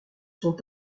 sont